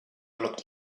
looked